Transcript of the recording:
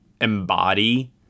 embody